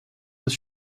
das